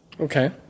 Okay